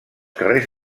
carrers